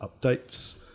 updates